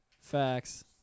Facts